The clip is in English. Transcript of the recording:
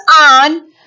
on